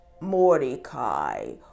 mordecai